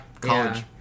College